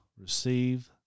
receive